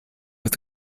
with